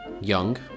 young